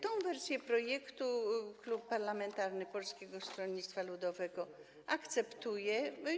Tę wersję projektu Klub Parlamentarny Polskiego Stronnictwa Ludowego akceptuje.